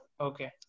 okay